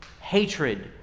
hatred